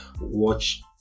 watch